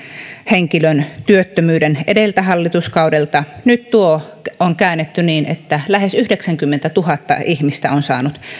henkilön työttömyyden edelliseltä hallituskaudelta nyt tuo on käännetty niin että lähes yhdeksänkymmentätuhatta ihmistä on saanut